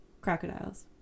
Crocodiles